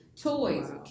Toys